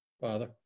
Father